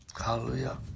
hallelujah